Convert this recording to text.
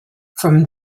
from